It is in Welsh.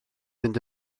fynd